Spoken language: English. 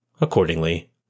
Accordingly